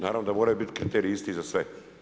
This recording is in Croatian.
Naravno da moraju biti kriteriji isti za sve.